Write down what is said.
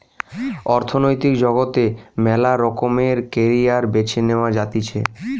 অর্থনৈতিক জগতে মেলা রকমের ক্যারিয়ার বেছে নেওয়া যাতিছে